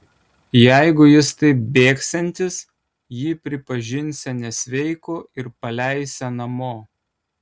jeigu jis taip bėgsiantis jį pripažinsią nesveiku ir paleisią namo